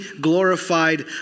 glorified